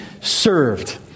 served